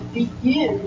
begin